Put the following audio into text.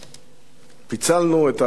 פיצלנו את הכוח,